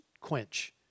quench